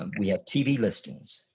um we have tv listings.